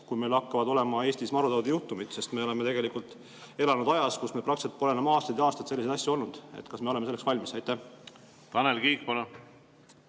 et meil hakkavad olema Eestis marutaudijuhtumid? Sest me oleme tegelikult elanud ajas, kus meil praktiliselt pole enam aastaid ja aastaid selliseid asju olnud. Kas me oleme selleks valmis? Tanel Kiik, palun!